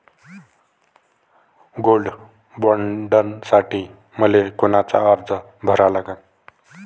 Gold बॉण्डसाठी मले कोनचा अर्ज भरा लागन?